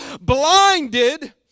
blinded